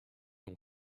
ont